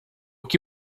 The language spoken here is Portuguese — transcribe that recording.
que